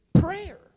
prayer